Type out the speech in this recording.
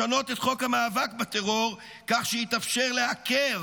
לשנות את חוק המאבק בטרור כך שיתאפשר לעקר